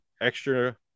extra